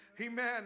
amen